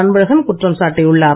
அன்பழகன் குற்றம் சாட்டியுள்ளார்